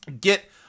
get